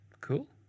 Cool